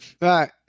right